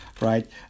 right